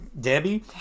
Debbie